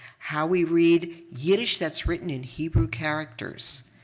how we read yiddish that's written in hebrew characters.